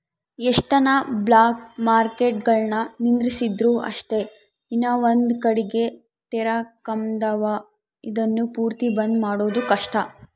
ಎಷ್ಟನ ಬ್ಲಾಕ್ಮಾರ್ಕೆಟ್ಗುಳುನ್ನ ನಿಂದಿರ್ಸಿದ್ರು ಅಷ್ಟೇ ಇನವಂದ್ ಕಡಿಗೆ ತೆರಕಂಬ್ತಾವ, ಇದುನ್ನ ಪೂರ್ತಿ ಬಂದ್ ಮಾಡೋದು ಕಷ್ಟ